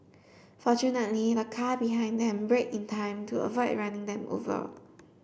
fortunately the car behind them braked in time to avoid running them over